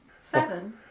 seven